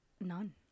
None